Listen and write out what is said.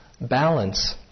balance